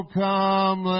come